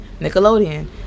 Nickelodeon